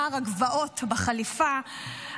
נער הגבעות בחליפה,